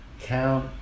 count